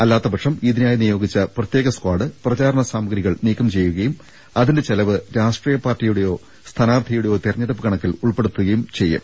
അല്ലാത്ത പക്ഷം ഇതിനായി നിയോഗിച്ച പ്രത്യേക സ്കാഡ് പ്രചാരണ സാമഗ്രികൾ നീക്കം ചെയ്യുകയും അതിന്റെ ചെലവ് രാഷ്ട്രീയ പാർട്ടിയുടെയോ സ്ഥാനാർഥിയുടെയോ തെര ഞ്ഞെടുപ്പ് കണക്കിൽ ഉൾപ്പെടുത്തുന്നതുമാണ്